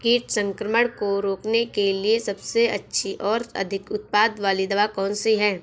कीट संक्रमण को रोकने के लिए सबसे अच्छी और अधिक उत्पाद वाली दवा कौन सी है?